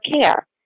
care